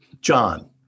John